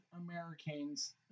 Americans